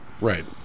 Right